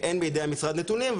בידי המשרד אין נתונים,